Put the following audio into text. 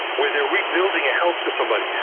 where they're rebuilding a house for somebody.